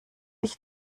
ich